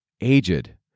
aged